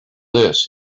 this